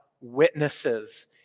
Witnesses